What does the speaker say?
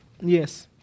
Yes